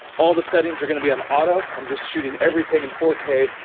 all the settings are gonna be on auto. i'm just shooting everything in four k,